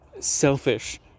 selfish